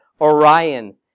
Orion